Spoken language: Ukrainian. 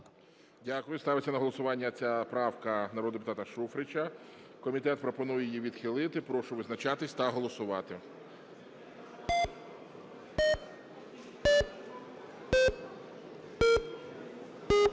Дякую. Ставиться на голосування ця правка народного депутата Шуфрича. Комітет пропонує її відхилити. Прошу визначатись та голосувати.